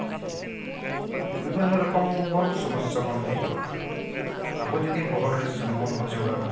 ᱵᱤᱵᱷᱤᱱᱱᱚ ᱨᱚᱠᱚᱢ ᱵᱚᱱ ᱥᱚᱢᱚᱥᱥᱟ ᱵᱚᱱ ᱟᱹᱭᱠᱟᱹᱣᱼᱟ ᱟᱵᱚ ᱡᱩᱫᱤ ᱵᱚᱦᱚᱜ ᱨᱮ ᱥᱩᱱᱩᱢ ᱵᱚᱱ ᱚᱡᱚᱜᱟ